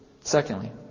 Secondly